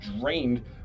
drained